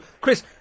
Chris